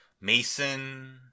Mason